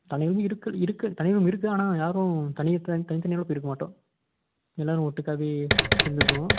தனி ரூம் இருக்குது இருக்குது தனி ரூம் இருக்குது ஆனால் யாரும் தனி தனி தனித்தனியாக போய் இருக்க மாட்டோம் எல்லோரும் ஓட்டுக்காவே இருந்துக்குவோம்